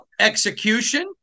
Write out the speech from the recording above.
execution